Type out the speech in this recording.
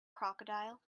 crocodile